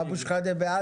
חבר הכנסת אבו שחאדה בעד?